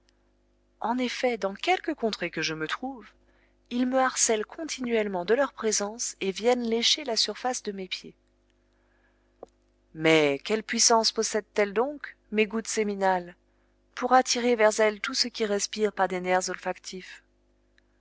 en effet dans quelque contrée que je me trouve ils me harcèlent continuellement de leur présence et viennent lécher la surface de mes pieds mais quelle puissance possèdent elles donc mes gouttes séminales pour attirer vers elles tout ce qui respire par des nerfs olfactifs